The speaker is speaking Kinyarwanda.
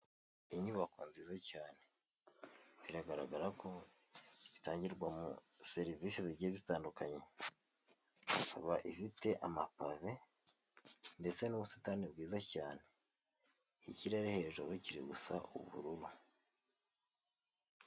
Inyubako nziza cyane. Biragaragara ko itangirwamo serivise zigiye zitandukanye. Ikaba ifite amapave, ndetse n'ubusitani bwiza cyane. Ikirere hejuru kiri gusa ubururu.